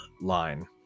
line